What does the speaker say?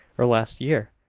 or last year.